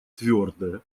твердое